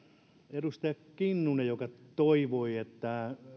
edustaja kinnunen toivottiin että